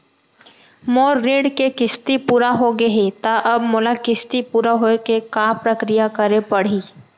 मोर ऋण के किस्ती पूरा होगे हे ता अब मोला किस्ती पूरा होए के का प्रक्रिया करे पड़ही?